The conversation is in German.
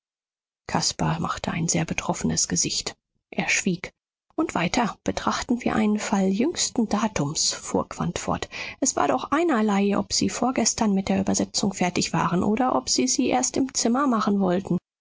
caspar machte ein sehr betroffenes gesicht er schwieg und weiter betrachten wir einen fall jüngsten datums fuhr quandt fort es war doch einerlei ob sie vorgestern mit der übersetzung fertig waren oder ob sie sie erst im zimmer machen wollten